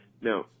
Now